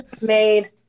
made